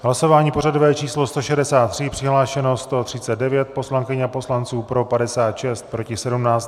Hlasování pořadové číslo 163, přihlášeno 139 poslankyň a poslanců, pro 56, proti 17.